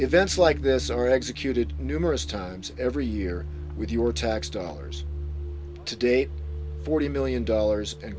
events like this are executed numerous times every year with your tax dollars today forty million dollars